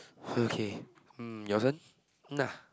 okay um your turn nah